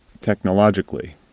technologically